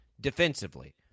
defensively